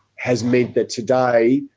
has meant that today,